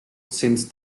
since